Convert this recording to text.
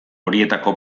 horietako